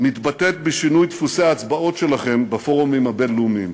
מתבטאת בשינוי דפוסי ההצבעות שלכם בפורומים הבין-לאומיים.